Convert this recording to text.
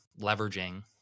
leveraging